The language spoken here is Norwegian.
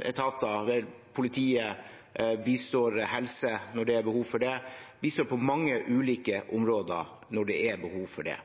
etater. Det er politiet. De bistår innen helse når det er behov for det. De bistår på mange ulike områder når det er behov for det.